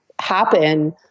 happen